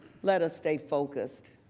let us stay focused.